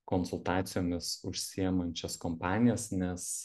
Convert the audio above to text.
konsultacijomis užsiimančias kompanijas nes